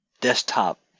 desktop